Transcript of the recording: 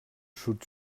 sud